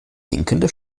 sinkende